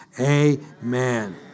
amen